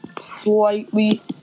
slightly